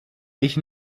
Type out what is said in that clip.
ich